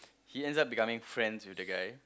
he ends up becoming friends what that guy